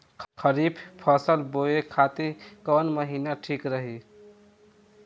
खरिफ फसल बोए खातिर कवन महीना ठीक रही?